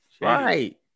Right